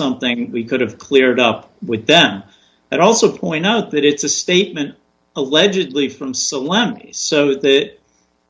something we could have cleared up with them but also point out that it's a statement allegedly from so lenny's so that